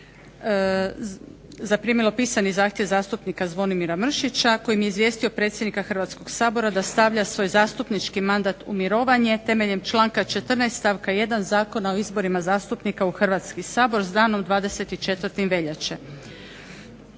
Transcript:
zaprimilo pisani zahtjev zastupnika Zvonimira Mršića kojim je izvijestio predsjednika Hrvatskog sabora da stavlja svoj zastupnički mandat u mirovanje, temeljem članka 14. stavka 1. Zakona o izborima zastupnika u Hrvatski sabor s danom 24.veljače.